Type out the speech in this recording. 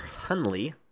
Hunley